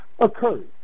occurred